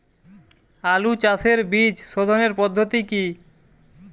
আলু চাষের বীজ সোধনের পদ্ধতি কি?